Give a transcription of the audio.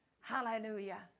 Hallelujah